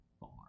far